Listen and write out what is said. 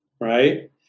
right